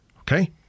Okay